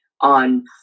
on